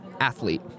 athlete